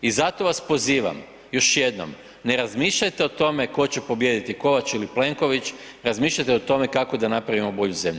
I zato vas pozivam još jednom, ne razmišljajte o tome tko će pobijediti Kovač ili Plenković, razmišljajte o tome kako da napravimo bolju zemlju.